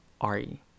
R-E